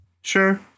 Sure